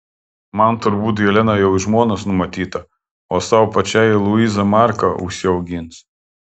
man turbūt helena jau į žmonas numatyta o sau pačiai luiza marką užsiaugins